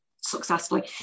successfully